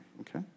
okay